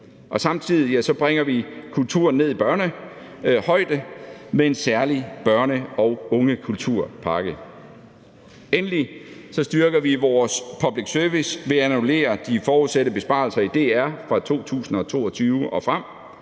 Samtidig bringer vi kulturen ned i børnehøjde med en særlig børne- og ungekulturpakke. Endelig styrker vi vores public service ved at annullere de forudsatte besparelser i DR fra 2022 og frem.